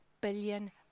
billion